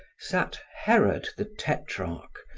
sat herod the tetrarch,